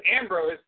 Ambrose